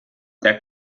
der